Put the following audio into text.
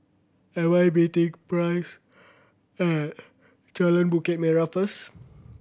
am I meeting Price at Jalan Bukit Merah first